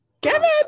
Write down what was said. Kevin